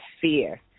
fear